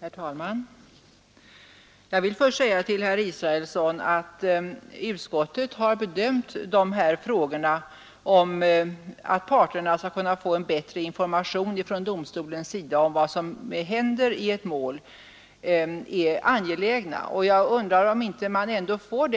Herr talman! Först vill jag säga till herr Israelsson att utskottet har bedömt frågan om en bättre information från domstolen om vad som händer i ett mål som angelägen, och jag undrar om inte den som